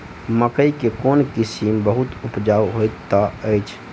मकई केँ कोण किसिम बहुत उपजाउ होए तऽ अछि?